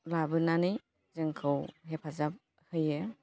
लाबोनानै जोंखौ हेफाजाब होयो